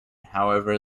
however